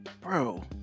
bro